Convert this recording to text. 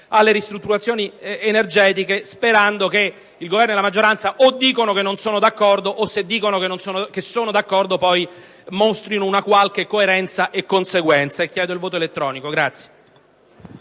alle ristrutturazioni energetiche, sperando che il Governo e la maggioranza ci dicano almeno che non sono d'accordo, oppure, se sono d'accordo, che mostrino poi una qualche coerenza e conseguenza.